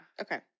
Okay